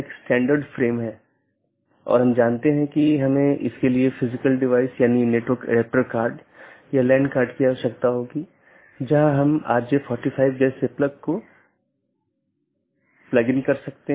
अब ऑटॉनमस सिस्टमों के बीच के लिए हमारे पास EBGP नामक प्रोटोकॉल है या ऑटॉनमस सिस्टमों के अन्दर के लिए हमारे पास IBGP प्रोटोकॉल है अब हम कुछ घटकों को देखें